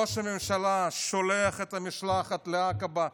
וראש הממשלה שולח את המשלחת לעקבה,